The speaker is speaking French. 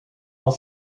dans